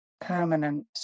permanent